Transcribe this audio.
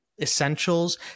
Essentials